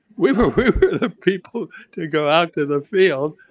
we were the people to go out to the field.